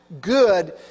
good